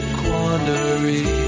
quandary